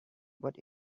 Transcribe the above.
but